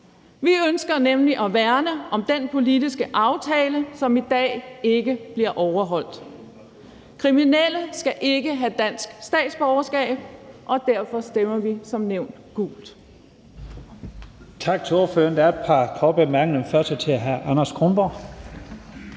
Vi ønsker nemlig at værne om den politiske aftale, som i dag ikke bliver overholdt. Kriminelle skal ikke have dansk statsborgerskab, og derfor stemmer vi som nævnt gult.